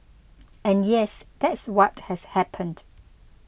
and yes that's what has happened